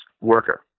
worker